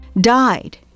died